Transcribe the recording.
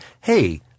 hey